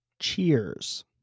cheers